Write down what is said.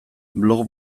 blog